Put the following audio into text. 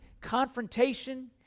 confrontation